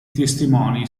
testimoni